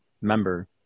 member